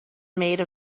made